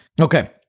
Okay